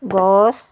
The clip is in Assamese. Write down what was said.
গছ